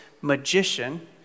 magician